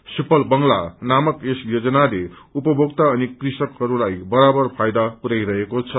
सुफल बंगला नामक यस योजनाले उपभोक्ता अनि कृषकहरूलाई बराबर फाइदा पुरयाईरहेको छ